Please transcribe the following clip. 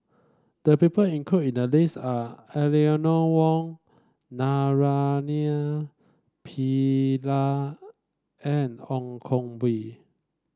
the people includ in the list are Eleanor Wong Naraina Pillai and Ong Koh Bee